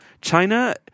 China